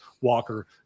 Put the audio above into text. Walker